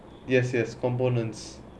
yes yes components